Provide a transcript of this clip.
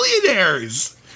millionaires